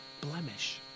blemish